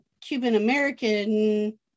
Cuban-American